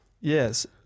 yes